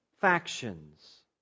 factions